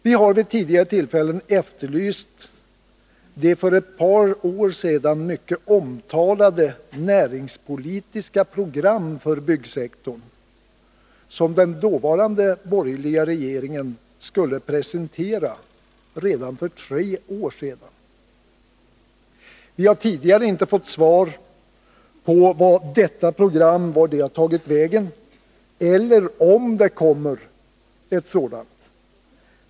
Vi har vid tidgare tillfällen efterlyst det för ett par år sedan mycket omtalade näringspolitiska program för byggsektorn som den dåvarande borgerliga regeringen skulle presentera redan för tre år sedan. Vi har tidigare inte fått svar på vart detta program har tagit vägen eller om det kommer ett sådant.